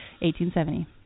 1870